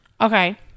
Okay